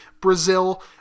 brazil